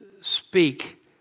speak